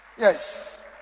Yes